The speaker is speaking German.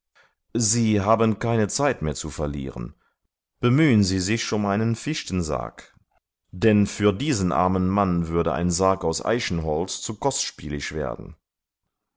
sie haben keine zeit mehr zu verlieren bemühen sie sich um einen fichtensarg denn für diesen armen mann würde ein sarg aus eichenholz zu kostspielig werden